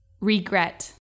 regret